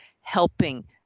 helping